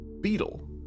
beetle